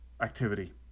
activity